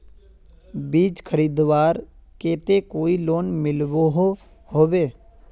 बीज खरीदवार केते कोई लोन मिलोहो होबे?